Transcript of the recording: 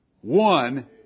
one